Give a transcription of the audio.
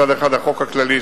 מצד אחד החוק הכללי,